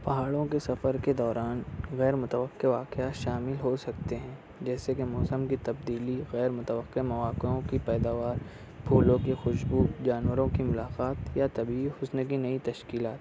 پہاڑوں کے سفر کے دوران غیر متوقع واقعات شامل ہو سکتے ہیں جیسے کہ موسم کی تبدیلی غیر متوقع مواقعوں کی پیداوار پھولوں کی خوشبو جانوروں کی ملاقات یا طبعی حسن کی نئی تشکیلات